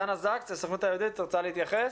דנה זקס, הסוכנות היהודית, את רוצה להתייחס?